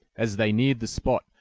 as they neared the spot,